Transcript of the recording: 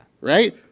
Right